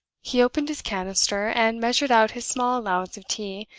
he opened his canister, and measured out his small allowance of tea,